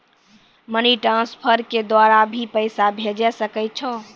Money transfer के द्वारा भी पैसा भेजै सकै छौ?